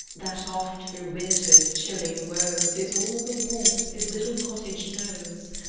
that oft through winter's chilling woes is all the warmth his little cottage knows!